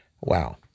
Wow